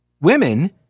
women